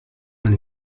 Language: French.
dans